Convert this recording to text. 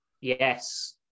Yes